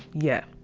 yeah,